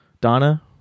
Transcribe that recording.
Donna